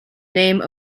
name